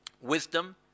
Wisdom